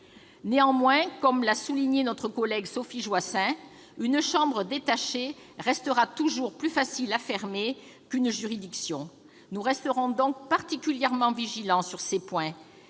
Néanmoins, comme l'a souligné notre collègue Sophie Joissains, une chambre détachée restera toujours plus facile à fermer qu'une juridiction. Nous resterons donc particulièrement vigilants sur ces points,